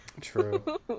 true